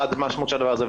מה המשמעות של הדבר הזה,